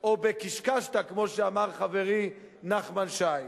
או ב"קישקשתא", כמו שאמר חברי נחמן שי.